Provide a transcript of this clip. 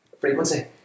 frequency